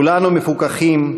כולנו מפוכחים,